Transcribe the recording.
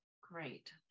Great